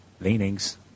leanings